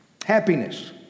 Happiness